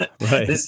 right